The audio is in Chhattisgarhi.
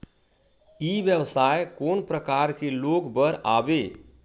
ई व्यवसाय कोन प्रकार के लोग बर आवे?